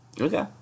Okay